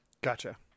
Gotcha